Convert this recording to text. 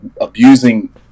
abusing